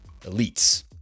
elites